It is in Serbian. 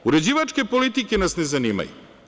Uređivačke politike nas ne zanimaju.